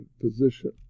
position